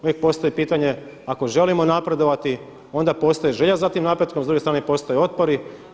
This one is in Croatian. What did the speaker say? Uvijek postoji pitanje, ako želimo napredovati onda postoji želja za tim napretkom, s druge strane postoje i otpori.